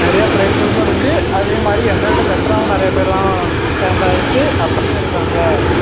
நிறையா ப்ரைஸஸும் இருக்குது அதேமாதிரி என்னை விட பெட்ராகவும் நிறைய பேரெலாம் கேமரா எடுத்து அப்படியும் இருக்காங்க